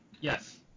Yes